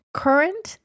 current